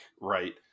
right